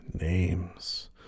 names